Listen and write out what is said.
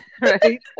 Right